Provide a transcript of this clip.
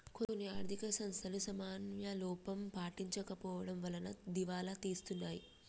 కొన్ని ఆర్ధిక సంస్థలు సమన్వయ లోపం పాటించకపోవడం వలన దివాలా తీస్తున్నాయి